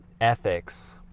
ethics